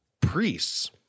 priests